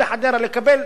לקבל שירות,